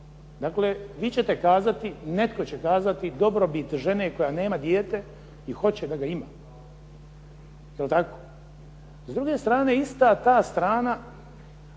Dakle, vi ćete kazati, netko će kazati dobrobit žene koja nema dijete i hoće da ga ima. Je li tako? S druge strane ista ta strana